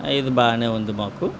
ఇది బానే ఉంది మాకు